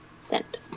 send